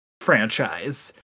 franchise